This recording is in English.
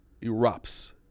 erupts